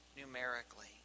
numerically